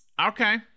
Okay